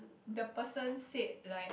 the person said like